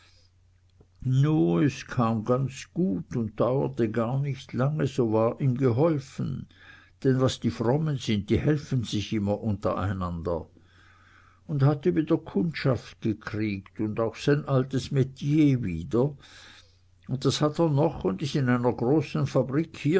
nu nachher kam es ganz gut und dauerte gar nich lange so war ihm geholfen denn was die frommen sind die helfen sich immer untereinander und hatte wieder kundschaft gekriegt und auch sein altes metier wieder und das hat er noch und is in einer großen fabrik